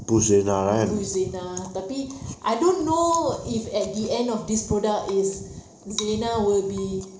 push zina tapi I don't know if at the end of this product is zina will be